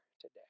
today